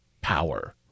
power